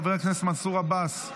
חבר הכנסת מנסור עבאס,